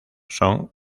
son